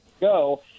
go